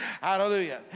Hallelujah